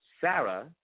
Sarah